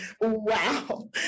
Wow